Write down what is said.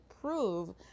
prove